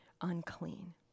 unclean